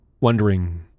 wondering